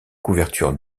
couverture